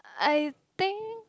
I think